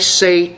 say